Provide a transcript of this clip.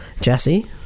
Jesse